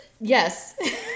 yes